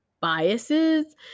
biases